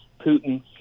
putin